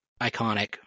iconic